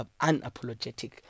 unapologetic